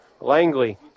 Langley